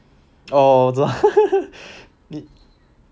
oh oh 我知道